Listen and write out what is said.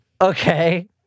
Okay